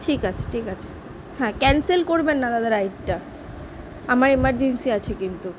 ঠিক আছে ঠিক আছে হ্যাঁ ক্যান্সেল করবেন না দাদা রাইডটা আমার এমারজেন্সি আছে কিন্তু